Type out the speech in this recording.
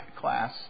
class